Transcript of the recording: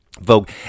vogue